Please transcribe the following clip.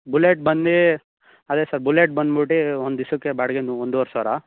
bullet ಬಂದು ಅದೇ sir Bullet ಬನ್ಬುಟ್ಟು ಒಂದು ದಿವ್ಸಕ್ಕೆ ಬಾಡಿಗೆ ನು ಒಂದೂವರೆ ಸಾವಿರ